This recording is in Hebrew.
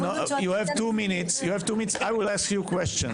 שבעת אלפים וחמש מאות שקל.